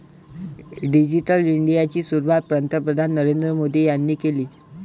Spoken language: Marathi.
डिजिटल इंडियाची सुरुवात पंतप्रधान नरेंद्र मोदी यांनी केली